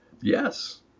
yes